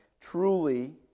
Truly